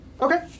Okay